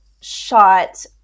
shot